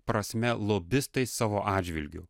prasme lobistai savo atžvilgiu